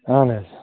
اَہَن حظ